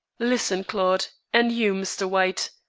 listen, claude, and you, mr. white,